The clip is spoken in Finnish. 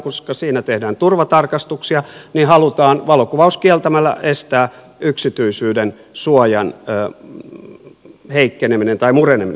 koska siinä tehdään turvatarkastuksia niin halutaan valokuvaus kieltämällä estää yksityisyydensuojan heikkeneminen tai mureneminen